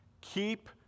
Keep